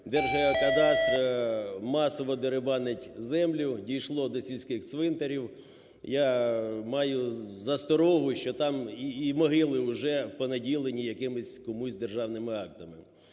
Держгеокадастр масово дерибанить землю, дійшло до сільських цвинтарів. Я маю засторогу, що там і могили вже понаділені якимось комусь державними актами.